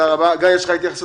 בבקשה, גיא, יש לך תשובה?